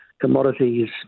commodities